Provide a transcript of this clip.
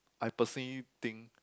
I personally think